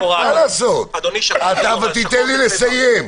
אבל תיתן לי לסיים.